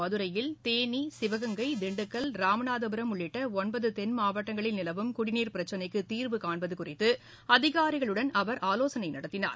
மதுரையில் தேனி சிவங்கை திண்டுக்கல் ராமநாதபுரம் உள்ளிட்ட இன்று ஒன்பது தென்மாவட்டங்களில் நிலவும் குடிநீா் பிரச்சினைக்கு தீாவு காண்பது குறித்து அதிகாரிகளுடன் அவா் ஆலோசனை நடத்தினார்